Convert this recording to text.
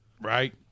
right